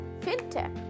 fintech